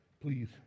please